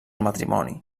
matrimoni